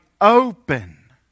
open